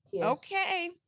Okay